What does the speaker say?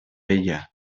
ella